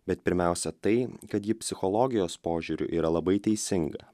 bet pirmiausia tai kad ji psichologijos požiūriu yra labai teisinga